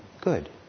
good